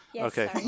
Okay